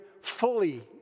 fully